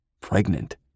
Pregnant